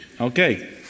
Okay